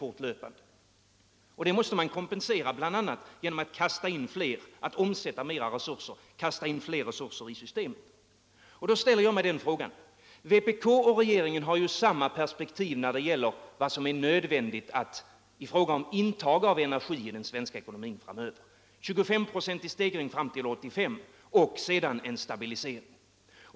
Det måste man kompensera bl.a. genom att kasta in fler resurser i systemet. Vpk och regeringen har ju samma målsättning när det gäller vad som är nödvändigt i fråga om intag av energi i den svenska ekonomin framöver: en 25-procentig stegring fram till 1985 och sedan en stabilisering.